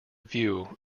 view